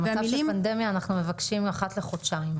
במצב של פנדמיה אנחנו מבקשים אחת לחודשיים.